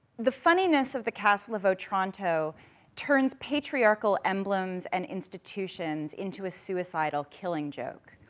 the funniness of the castle of otranto turns patriarchal emblems and institutions into a suicidal killing joke.